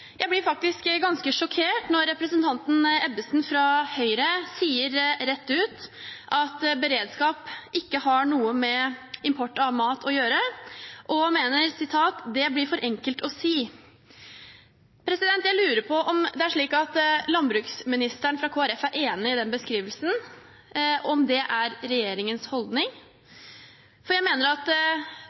Jeg blir faktisk ganske sjokkert når representanten Ebbesen fra Høyre sier rett ut at beredskap ikke har noe med import av mat å gjøre, og mener det blir for enkelt å si. Jeg lurer på om landbruksministeren fra Kristelig Folkeparti er enig i den beskrivelsen, om det er regjeringens holdning. Jeg mener at